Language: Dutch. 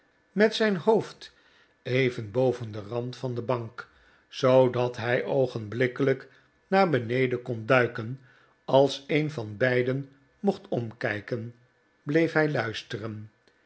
met zijn hoofd even boven den rand van de bank zoodat hij oogenblikkelijk naar beneden kon duiken als een van beiden mocht omkijken bleef hij luisteren